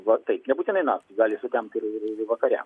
va taip nebūtinai naktį gali sutemt ir vakare